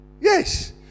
Yes